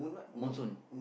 monsoon